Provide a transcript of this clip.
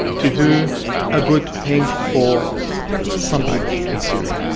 to do a good thing for some people in syria.